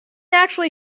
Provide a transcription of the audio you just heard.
actually